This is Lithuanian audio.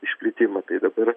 išplitimą tai dabar